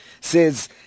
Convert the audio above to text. says